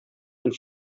and